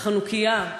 החנוכייה,